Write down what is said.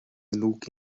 genug